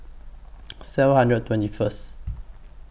seven hundred twenty First